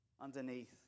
underneath